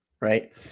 right